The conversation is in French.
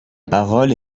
parole